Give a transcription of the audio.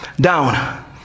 Down